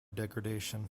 degradation